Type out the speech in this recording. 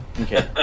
Okay